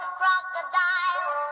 crocodiles